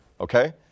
okay